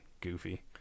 Goofy